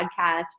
podcast